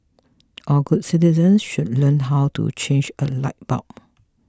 all good citizens should learn how to change a light bulb